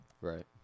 Right